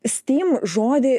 stym žodį